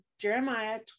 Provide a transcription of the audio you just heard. jeremiah